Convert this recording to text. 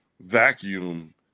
vacuum